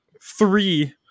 three